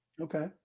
Okay